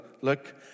look